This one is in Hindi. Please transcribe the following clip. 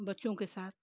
बच्चों के साथ